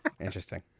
Interesting